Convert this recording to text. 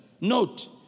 Note